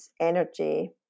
energy